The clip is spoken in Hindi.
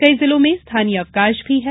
कई जिलों में स्थानीय अवकाश भी है